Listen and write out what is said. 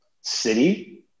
city